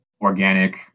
organic